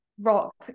rock